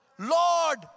Lord